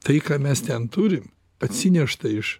tai ką mes ten turim atsineštą iš